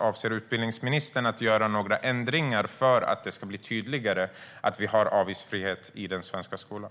Avser utbildningsministern att göra några ändringar för att det ska bli tydligare att vi har avgiftsfrihet i den svenska skolan?